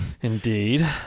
indeed